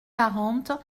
quarante